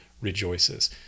rejoices